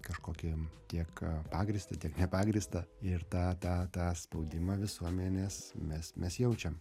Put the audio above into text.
kažkokiem tiek pagrįstą tiek nepagrįstą ir tą tą tą spaudimą visuomenės mes mes jaučiam